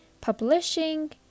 publishing